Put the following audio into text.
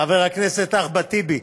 חבר הכנסת אחמד טיבי,